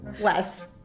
Less